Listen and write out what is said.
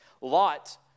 Lot